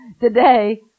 today